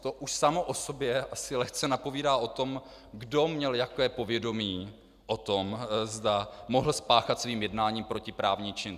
To už samo o sobě asi lehce napovídá o tom, kdo měl jaké povědomí o tom, zda mohl spáchat svým jednáním protiprávní čin.